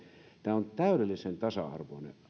tämä on täydellisen tasa arvoinen